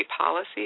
policy